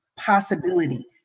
Possibility